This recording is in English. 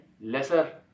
lesser